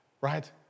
right